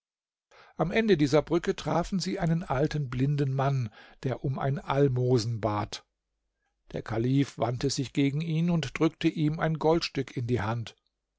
am ende dieser brücke trafen sie einen alten blinden mann der um ein almosen bat der kalif wandte sich gegen ihn und drückte ihm ein goldstück in die hand